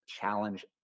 challenge